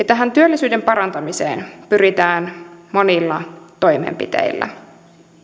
tähän työllisyyden parantamiseen pyritään monilla toimenpiteillä